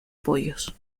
pollos